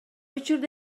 учурда